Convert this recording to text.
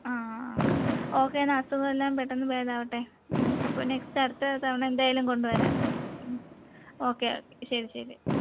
ആ ഓക്കെ എന്നാൽ അസുഖമെല്ലാം പെട്ടെന്ന് ഭേദമാകട്ടെ മ് അപ്പോൾ നെക്സ്റ്റ് അടുത്ത തവണ എന്തായാലും കൊണ്ടു വരാം മ് ഓക്കെ ഓക്കെ ശരി ശരി മ്